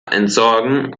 entsorgen